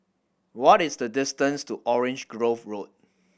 what is the distance to Orange Grove Road